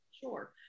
sure